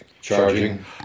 charging